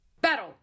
Battle